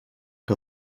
que